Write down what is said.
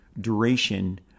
duration